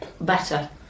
Better